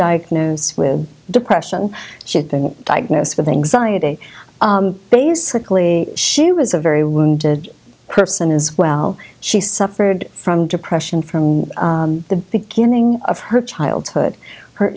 diagnosed with depression she had been diagnosed with anxiety basically she was a very wounded person as well she suffered from depression from the beginning of her childhood her